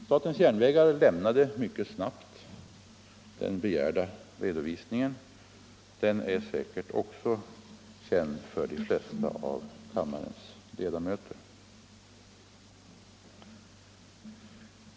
SJ lämnade mycket snabbt den begärda redovisningen — den är säkert också känd för de flesta av kammarens ledamöter.